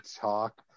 talk